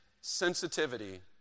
sensitivity